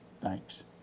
Thanks